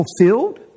fulfilled